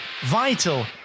vital